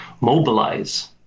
mobilize